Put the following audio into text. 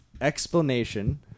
explanation